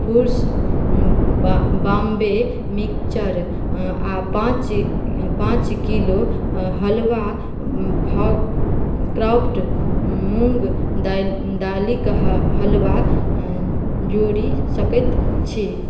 foods Bombay mixture आ पाँच पाँच किलो हलवा क्राफ्ट मूङ्ग दालि दालिक हलवा जोड़ि सकैत छी